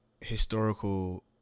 historical